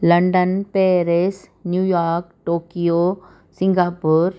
London Paris New York Tokyo Singapore